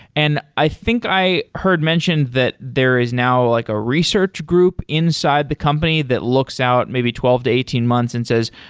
and i think i heard mentioned that there is now like a research group inside the company that looks out maybe twelve to eighteen months and says,